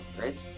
right